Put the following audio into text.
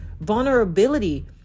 vulnerability